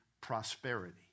prosperity